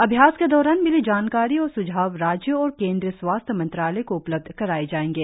अभ्यास के दौरान मिली जानकारी और स्झाव राज्यों और केन्द्रीय स्वास्थ्य मंत्रालय को उपलब्ध कराये जायेंगे